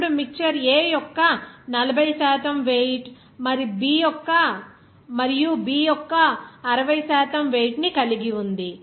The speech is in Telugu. ఇప్పుడు మిక్చర్ A యొక్క 40 శాతం వెయిట్ మరియు B యొక్క 60 శాతం వెయిట్ ని కలిగి ఉంది